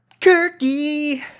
Kirky